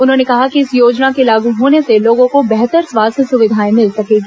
उन्होंने कहा कि इस योजना के लागू होने से लोगों को बेहतर स्वास्थ्य सुविधाएं मिल सकेगी